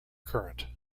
current